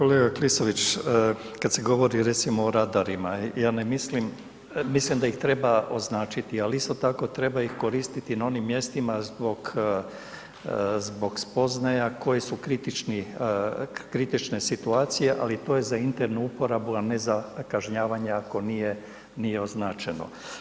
Kolega Klisović, kad sam govorio recimo o radarima, mislim da ih treba označiti ali isto tako treba ih koristiti na onim mjestima zbog spoznaja koje su kritične situacije ali to je za internu uporabu a ne za kažnjavanja ako nije označeno.